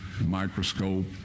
microscope